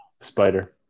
Spider